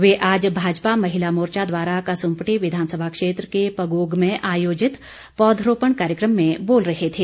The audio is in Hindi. वे आज भाजपा महिला मोर्चा द्वारा कसुम्पटी विधानसभा क्षेत्र के पगोग में आयोजित पौधरोपरण कार्यक्रम में बोल रहे थे